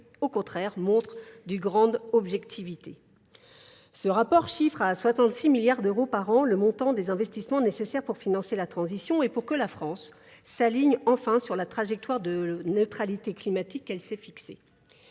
au contraire, montre d'une grande objectivité. Ce rapport chiffre à 66 milliards d'euros par an le montant des investissements nécessaires pour financer la transition et pour que la France s'aligne enfin sur la trajectoire de neutralité climatique qu'elle s'est fixée.